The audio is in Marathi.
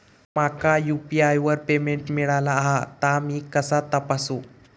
माका यू.पी.आय वर पेमेंट मिळाला हा ता मी कसा तपासू?